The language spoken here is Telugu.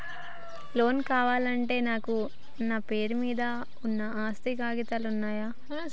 లోన్ కావాలంటే నా పేరు మీద ఉన్న ఆస్తి కాగితాలు ఇయ్యాలా?